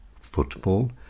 football